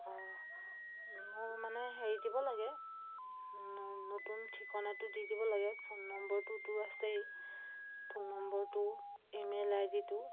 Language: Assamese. অঁ মোৰ মানে হেৰি দিব লাগে নতুন ঠিকনাটো দি দিব লাগে ফোন নম্বৰটোতো আছেই ফোন নম্বৰটো ইমেইল আই ডিটো